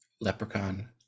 leprechaun